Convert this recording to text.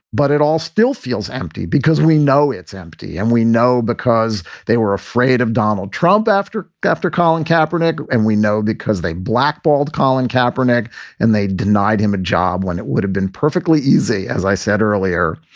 but it all still feels empty because we know it's empty and we know because they were afraid of donald trump after after calling capron. and we know because they blackballed colin kaepernick and they denied him a job when it would have been perfectly easy. as i said earlier,